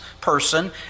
person